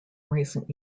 recent